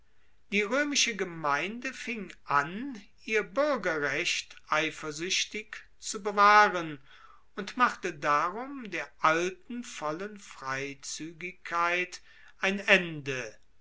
die roemische gemeinde fing an ihr buergerrecht eifersuechtig zu bewahren und machte darum der alten vollen freizuegigkeit ein ende